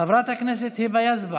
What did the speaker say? חברת הכנסת היבה יזבק,